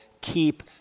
keep